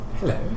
Hello